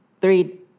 three